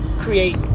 create